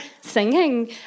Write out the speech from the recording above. singing